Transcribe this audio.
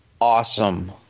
awesome